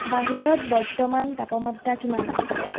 বাহিৰত বৰ্তমান তাপমাত্ৰা কিমান